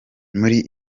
muri